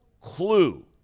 clue